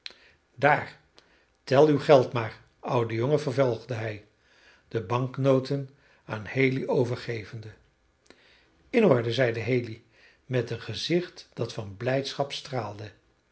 daar tel uw geld maar oude jongen vervolgde hij de banknoten aan haley overgevende in orde zeide haley met een gezicht dat van blijdschap straalde